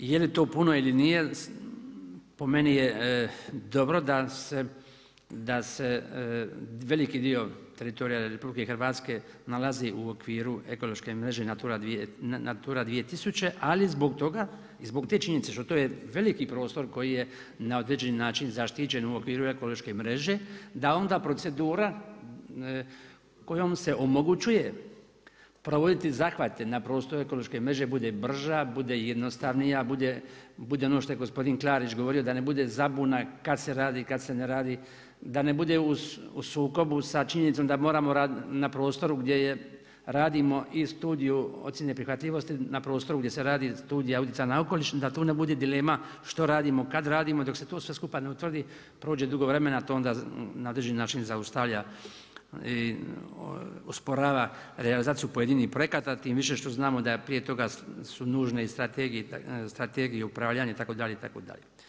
Je li to puno ili nije, po meni je dobro da se veliki dio teritorija RH nalazi u okviru ekološke mreže Natura 2000 ali zbog toga i zbog te činjenice što to je veliki prostor koji je na određeni način zaštićen u okviru ekološke mreže da onda procedura kojom se omoguće provoditi zahvate na prostoru ekološke mreže, bude brža, bude jednostavnija, bude ono što je gospodin Klarić govorio, da ne bude zabuna kad se radi, kad se ne radi, da ne bude u sukobu sa činjenicom da moramo na prostoru gdje radimo i studiju ocjene prihvatljivosti, na prostoru gdje se radi studija utjecaja na okoliš, da tu ne bude dilema što radimo, kad radimo, dok se to sve skupa ne utvrdi prođe dugo vremena, a to onda na određeni način zaustavlja i usporava realizaciju pojedinih projekata tim više što znamo da prije toga su nužni strategiji upravljanja itd., itd.